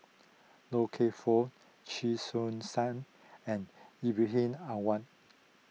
Loy Keng Foo Chee Soon sum and Ibrahim Awang